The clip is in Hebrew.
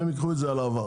והם ייקחו את זה על העבר.